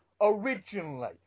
originally